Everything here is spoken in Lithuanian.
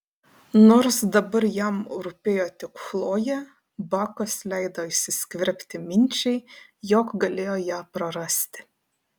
nors dabar jam rūpėjo tik chlojė bakas leido įsiskverbti minčiai jog galėjo ją prarasti